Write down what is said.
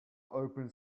open